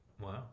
Wow